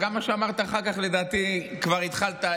זה מה שאמרת, להראות לך